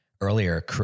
earlier